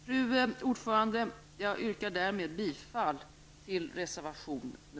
Fru talman! Jag yrkar därmed bifall till reservation